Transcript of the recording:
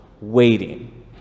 waiting